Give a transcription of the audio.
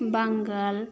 बांगाल